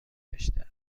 داشته